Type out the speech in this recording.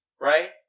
right